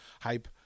hype